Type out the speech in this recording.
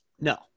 No